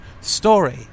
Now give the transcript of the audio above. story